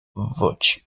virtue